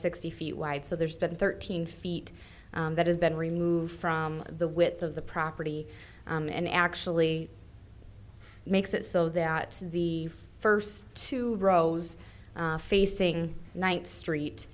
sixty feet wide so there's been thirteen feet that has been removed from the width of the property and actually makes it so that the first two rows facing knight street